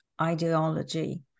ideology